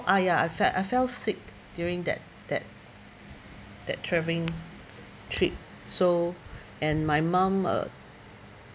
I ya I fell I fell sick during that that that travelling trip so and my mum err